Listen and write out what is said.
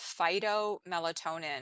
phytomelatonin